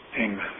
Amen